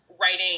writing